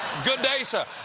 good day, sir!